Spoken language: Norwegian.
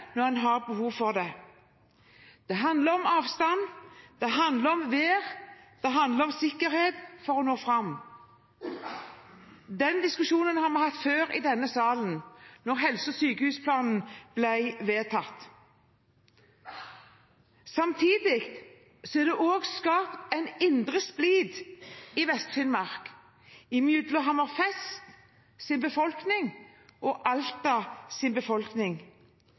når en har behov for det. Det handler om avstand. Det handler om vær. Det handler om sikkerhet for å nå fram. Den diskusjonen har vi hatt før i denne salen da helse- og sykehusplanen ble vedtatt. Samtidig er det skapt en indre splid i Vest-Finnmark, mellom befolkningen i Hammerfest og befolkningen i Alta.